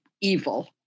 evil